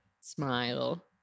smile